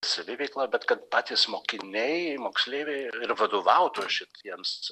saviveikla bet kad patys mokiniai moksleiviai ir vadovautų šitiems